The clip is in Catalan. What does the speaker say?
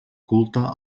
culte